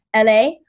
la